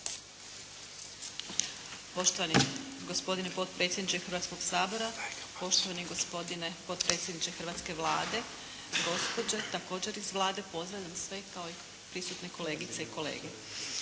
Poštovani gospodine potpredsjedniče Hrvatskog sabora, poštovani gospodine potpredsjedniče hrvatske Vlade, gospođe također iz Vlade. Pozdravljam sve, kao i prisutne kolegice i kolege.